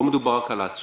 לא מדובר רק על העצורים,